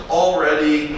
already